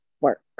work